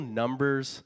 numbers